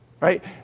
Right